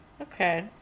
Okay